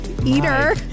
Eater